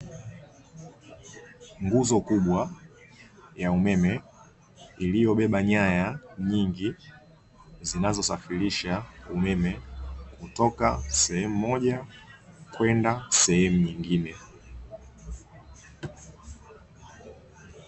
Nguzo kubwa ya umeme, iliyobeba nyaya nyingi zinazosafirisha umeme kutoka sehemu moja kwenda sehemu nyingine.